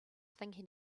thinking